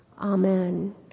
Amen